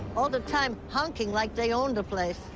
all the time, honking like they own the place.